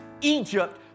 Egypt